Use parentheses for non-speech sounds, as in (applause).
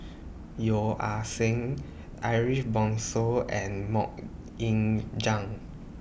(noise) Yeo Ah Seng Ariff Bongso and Mok Ying Jang